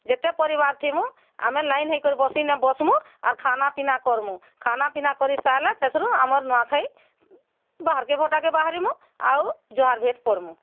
ଯେତେ ପରିବାର୍ ଥିମୁଁ ଆମେ ଲାଇନ୍ ହେଇ କରି ବସିନେ ବସମୁଁ ଆର୍ ଖାନାପିନା କରମୁଁ ଖାନା ପିନା କରିସାରିଲେ ତା'ଥିରୁ ଆମର୍ ନୂଆଁଖାଇ ବାହାର୍ କେ ଭଟାକେ ବାହାରିମୁଁ ଆଉ ଜୁହାର୍ ଭେଟ୍ ପଢ଼ବୁ